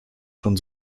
schon